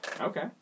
Okay